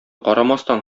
карамастан